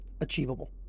achievable